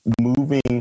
moving